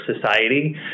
society